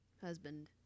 husband